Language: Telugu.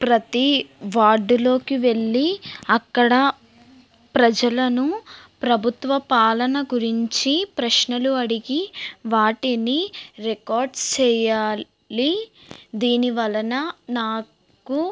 ప్రతి వార్డులోకి వెళ్ళి అక్కడ ప్రజలను ప్రభుత్వ పాలన గురించి ప్రశ్నలు అడిగి వాటిని రికార్డు చెయ్యాలి దీనివలన నాకు